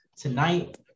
tonight